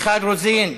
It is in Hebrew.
מיכל רוזין,